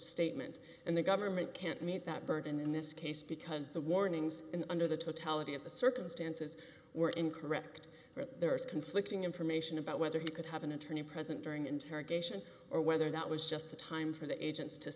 statement and the government can't meet that burden in this case because the warnings and under the totality of the circumstances were incorrect there is conflicting information about whether he could have an attorney present during interrogation or whether that was just the time for the agents to